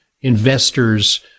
investors